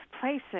places